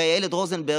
הרי הילד רוזנברג,